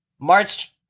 March